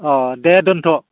औ दे दोन्थ'